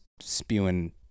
spewing